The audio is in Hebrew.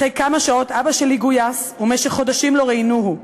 אחרי כמה שעות אבא שלי גויס ובמשך חודשים לא ראינוהו.